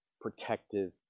protective